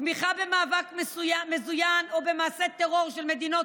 תמיכה במאבק מזוין או במעשה טרור של מדינות